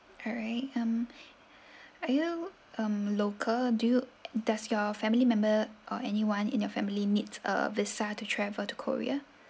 alright um are you um local do you does your family member or anyone in your family needs a visa to travel to korea